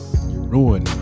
ruin